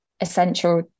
essential